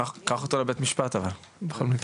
קח אותו לבית משפט אבל, בכל מקרה.